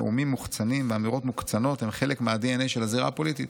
נאומים מוחצנים ואמירות מוקצנות הם חלק מהדנ"א של הזירה הפוליטית